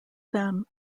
them